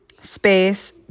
Space